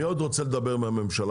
מי עוד רוצה לדבר מהממשלה?